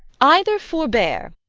either forbear,